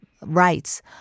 rights